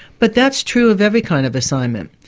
but that's true of every kind of assignment.